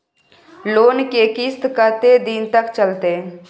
Loan के किस्त कत्ते दिन तक चलते?